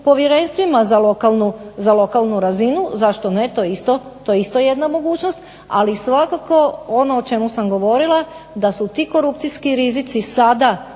za lokalnu razinu. Zašto ne, to je isto jedna mogućnost. Ali svakako ono o čemu sam govorila da su ti korupcijski rizici sada